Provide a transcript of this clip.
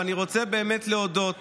ואני רוצה באמת להודות